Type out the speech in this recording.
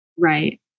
Right